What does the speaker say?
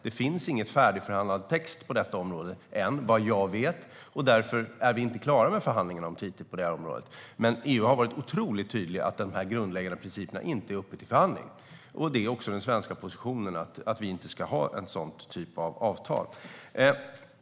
Det finns ingen färdigförhandlad text på detta område än, vad jag vet, och därför är vi inte klara med förhandlingarna om TTIP på det här området. Men EU har varit otroligt tydliga med att de här grundläggande principerna inte är uppe till förhandling. Det är också den svenska positionen att vi inte ska ha en sådan typ av avtal.